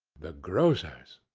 the grocers'!